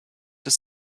des